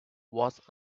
was